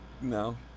No